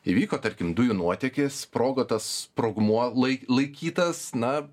įvyko tarkim dujų nuotėkis sprogo tas sprogmuo lai laikytas na